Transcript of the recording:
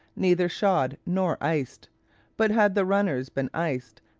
neither shod nor iced but had the runners been iced,